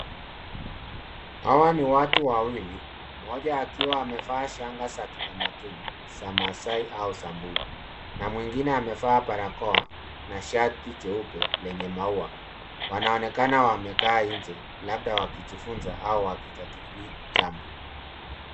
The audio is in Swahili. Hawa ni watu wawili, mmoja akiwa amevaa shanga za kitamaduni za Maasai au Samburu na mwingine amevaa barakoa na shati jeupe lenye maua. Wanaonekana wamekaa nje, labda wakijifunza au wakijadili jambo.